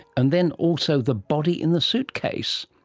and then also the body in the suitcase.